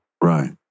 Right